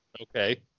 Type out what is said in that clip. Okay